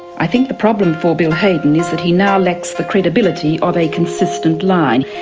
i think the problem for bill hayden is that he now lacks the credibility of a consistent line.